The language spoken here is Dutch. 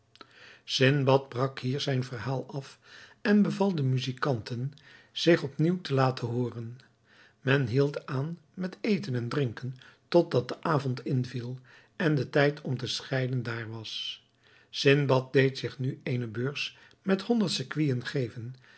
sindbad brak hier zijn verhaal af en beval de muzijkanten zich op nieuw te laten hooren men hield aan met eten en drinken tot dat de avond inviel en de tijd om te scheiden daar was sindbad deed zich nu eene beurs met honderd sequinen geven